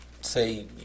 say